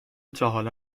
تاحالا